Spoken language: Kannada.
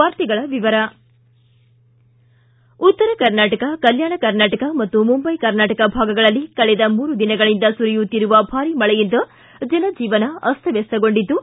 ವಾರ್ತೆಗಳ ವಿವರ ಉತ್ತರ ಕರ್ನಾಟಕ ಕಲ್ಯಾಣ ಕರ್ನಾಟಕ ಮತ್ತು ಮುಂಬೈ ಕರ್ನಾಟಕ ಭಾಗಗಳಲ್ಲಿ ಕಳೆದ ಮೂರು ದಿನಗಳಂದ ಸುರಿಯುತ್ತಿರುವ ಭಾರೀ ಮಳೆಯಿಂದ ಜನಜೀವನ ಅಸ್ತವ್ಯವಸ್ಥಗೊಂಡಿದ್ದು